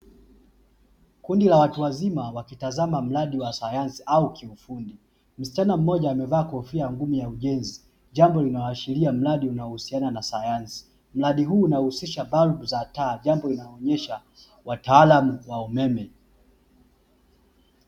Kundi la watu wazima wakitazama mradi wa sayansi au kiufundi. Msichana mmoja amevaa kofia ngumu ya ujenzi jambo linaloashiria mradi unaohusiana na sayansi. Mradi huu unahusisha balbu za taa jambo linaloonyesha wataalamu wa umeme.